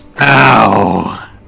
Ow